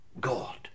God